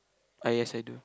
ah yes I do